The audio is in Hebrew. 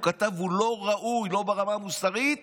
הוא כתב: הוא לא ראוי, לא ברמה המוסרית